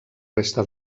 resta